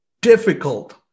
difficult